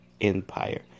Empire